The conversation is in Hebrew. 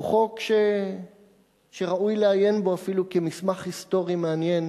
הוא חוק שראוי לעיין בו אפילו כמסמך היסטורי מעניין.